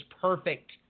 perfect